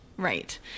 Right